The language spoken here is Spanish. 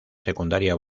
secundaria